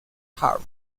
harp